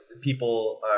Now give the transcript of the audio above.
people